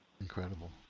incredible